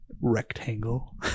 rectangle